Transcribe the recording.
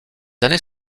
années